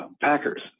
Packers